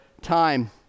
time